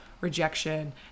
rejection